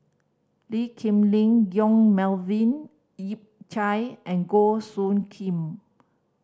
Lee Kip Lin Yong Melvin Yik Chye and Goh Soo Khim